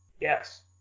yes